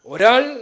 Oral